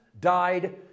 died